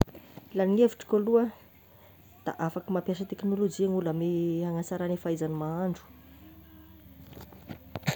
Laha ny hevitro aloha, da afaky mampiasa teknolozia gn'olo hanatsaragny i fahaizagny mahandro.